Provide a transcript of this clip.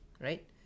right